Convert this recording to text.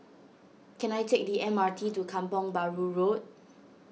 can I take the M R T to Kampong Bahru Road